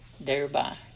thereby